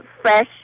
fresh